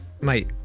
Mate